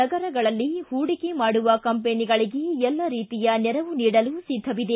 ನಗರಗಳಲ್ಲಿ ಹೂಡಿಕೆ ಮಾಡುವ ಕಂಪೆನಿಗಳಿಗೆ ಎಲ್ಲ ರೀತಿಯ ನೆರವು ನೀಡಲು ಸಿದ್ದವಿದೆ